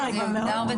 מידע.